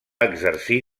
exercir